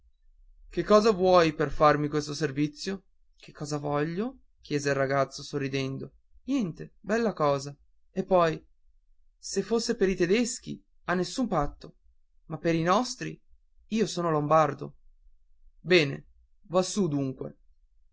che cosa vuoi per farmi questo servizio che cosa voglio disse il ragazzo sorridendo niente bella cosa e poi se fosse per i tedeschi a nessun patto ma per i nostri io sono lombardo bene va su dunque